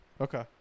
okay